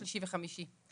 שלישי וחמישי.